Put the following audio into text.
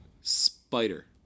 spider